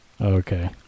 Okay